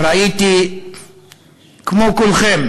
ראיתי כמו כולכם